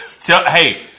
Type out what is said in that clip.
Hey